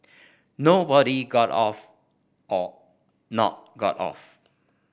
nobody got off or not got off